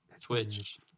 Twitch